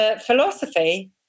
philosophy